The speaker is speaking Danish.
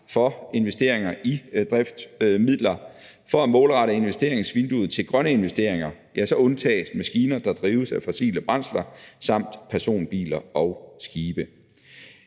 for investeringer i driftsmidler. For at målrette investeringsvinduet til grønne investeringer undtages maskiner, der drives af fossile brændsler, samt personbiler og skibe.